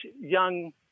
young